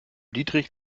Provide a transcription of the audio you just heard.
dietrich